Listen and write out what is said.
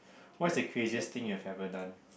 what's the craziest thing you have ever done